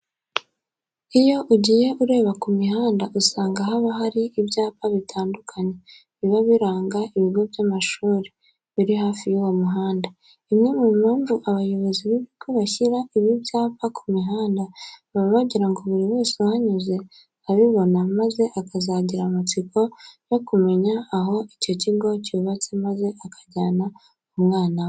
Iyo ugiye ureba ku mihanda usanga haba hari ibyapa bitandukanye biba biranga ibigo by'amashuri biri hafi y'uwo muhanda. Imwe mu mpamvu abayobozi b'ibigo bashyira ibi byapa ku mihanda, baba bagira ngo buri wese uhanyuze abibona maze akazagira amatsiko yo kumenya aho icyo kigo cyubatse maze akahajyana umwana we.